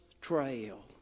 trail